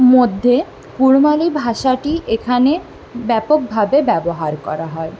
মধ্যে কুড়মালি ভাষাটি এখানে ব্যাপকভাবে ব্যবহার করা হয়